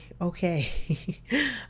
okay